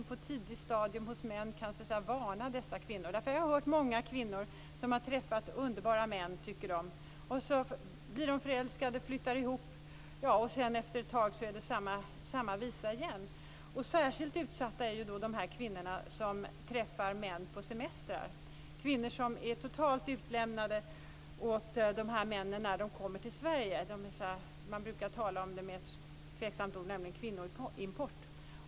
Detta kanske jag ska ta upp med socialministern så småningom. Jag har hört talas om många kvinnor som har träffat i deras tycke underbara män som de blir förälskade i och flyttar ihop med. Men efter ett tag blir det samma visa igen. Och särskilt utsatta är ju de kvinnor som träffar män på semestrar, kvinnor som är helt utlämnade åt dessa män när de kommer till Sverige. Man brukar använda ett tveksamt ord, nämligen kvinnoimport.